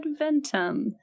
Adventum